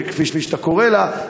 כפי שאתה קורא לה,